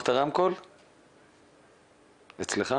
מכן,